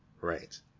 right